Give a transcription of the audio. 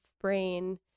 brain